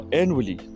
annually